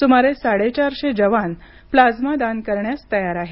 सुमारे साडेचारशे जवान प्लाझ्मा दान करण्यास तयार आहेत